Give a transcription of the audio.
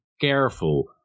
careful